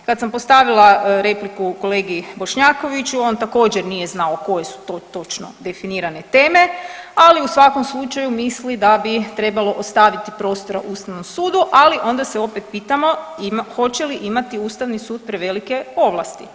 Kad sam postavila repliku kolegi Bošnjakoviću on također nije znao koje su to točno definirane teme, ali u svakom slučaju misli da bi trebalo ostaviti prostora Ustavnom sudu, ali onda se opet pitamo hoće li imati Ustavni sud prevelike ovlasti.